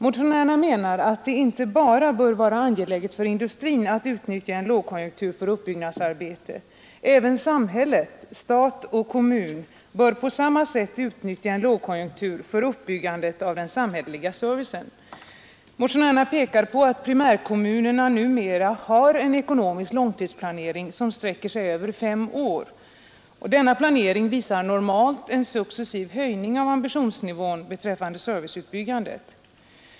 Motionärerna menar att det inte bara bör vara angeläget för industrin att utnyttja en lågkonjunktur för uppbyggnadsarbete. Även samhället — stat och kommun — bör på samma sätt utnyttja en lågkonjunktur för uppbyggandet av den samhälleliga servicen. Motionärerna pekar på att primärkommunerna numera har en ekonomisk långtidsplanering som sträcker sig över fem år. Denna planering visar normalt en successiv höjning av ambitionsnivån beträffande serviceutbyggnaden.